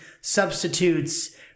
substitutes